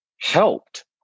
helped